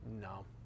No